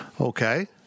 okay